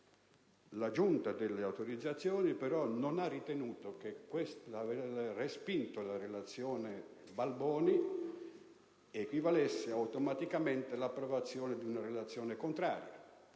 La Giunta, però, non ha ritenuto che l'aver respinto la relazione Balboni equivalesse automaticamente all'approvazione di una relazione contraria.